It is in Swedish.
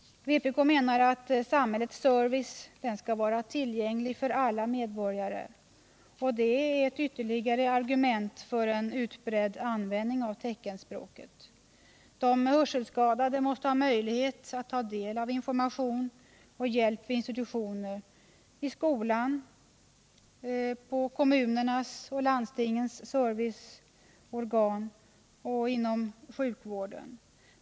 Vpk menar att samhällsservice skall vara tillgänglig för alla. Det är ytterligare ett argument för en utbredd användning av teckenspråket. De hörselskadade måste ha möjlighet att ta del av information och hjälp vid institutioner: i skolan, inom kommunernas och landstingens serviceorgan och inom sjukvården.